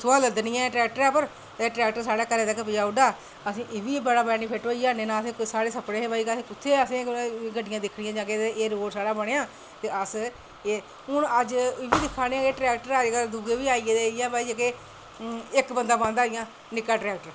उत्थुआं लैंदे निं ऐ ट्रैक्टर पर साढ़े घर पजाई ओड़दा ते ट्रैक्टर साढ़े घरै तक्कर पजाई ओड़दा असें एह्बी बड़ा बेनीफिट होइया नेईं तां असें साढ़े सपने हे कि असें कुत्थें गड्डियां दिक्खनियां ते एह् रोड़ साढ़ा बनेआ ते अस एह् हून अज्ज एह् दिक्खा नै कि ट्रैक्टर अज्कल दूऐ बी आई गेदे इक्क बंदा बौहंदा इंया निक्का ट्रैक्टर